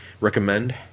recommend